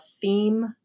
theme